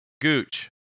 Gooch